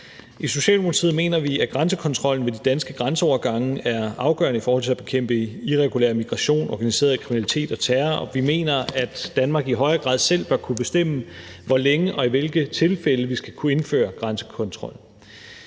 I Socialdemokratiet mener vi, at grænsekontrollen ved de danske grænseovergange er afgørende i forhold til at bekæmpe irregulær migration, organiseret kriminalitet og terror, og vi mener, at Danmark i højere grad selv bør kunne bestemme, hvor længe og i hvilke tilfælde vi skal kunne indføre grænsekontrol.